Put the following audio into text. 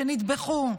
שנטבחו,